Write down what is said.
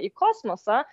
į kosmosą